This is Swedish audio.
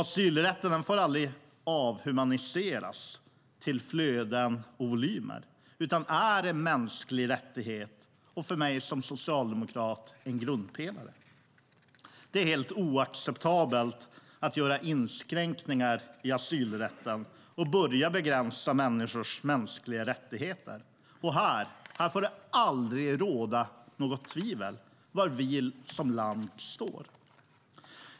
Asylrätten får aldrig avhumaniseras till flöden och volymer utan är en mänsklig rättighet och, för mig som socialdemokrat, en grundpelare. Det är helt oacceptabelt att göra inskränkningar i asylrätten och börja begränsa människors mänskliga rättigheter. Här får det aldrig råda något tvivel om var vi som land står.